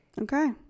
okay